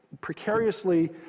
precariously